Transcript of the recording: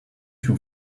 two